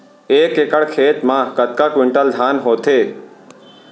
एक एकड़ खेत मा कतका क्विंटल धान होथे?